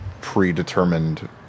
predetermined